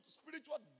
spiritual